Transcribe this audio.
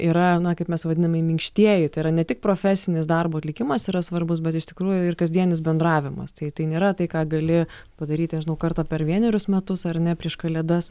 yra na kaip mes vadiname minkštieji tai yra ne tik profesinis darbo atlikimas yra svarbus bet iš tikrųjų ir kasdienis bendravimas tai tai nėra tai ką gali padaryti nežinau kartą per vienerius metus ar ne prieš kalėdas